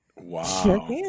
wow